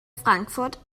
frankfurt